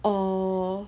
orh